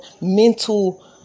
mental